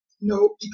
no